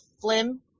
flim